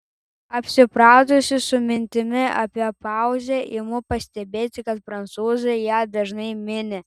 apsipratusi su mintimi apie pauzę imu pastebėti kad prancūzai ją dažnai mini